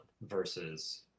versus